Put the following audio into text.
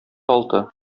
алты